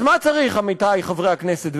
אז מה צריך, עמיתי חברי הכנסת?